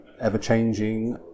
ever-changing